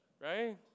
right